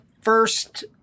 first